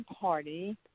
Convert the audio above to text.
party